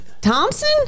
Thompson